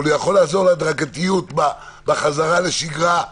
אבל הוא יכול לעזור להדרגתיות בחזרה לשגרה,